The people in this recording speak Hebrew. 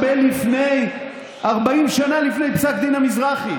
40 שנה לפני פסק דין המזרחי